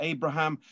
Abraham